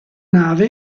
nave